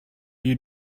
you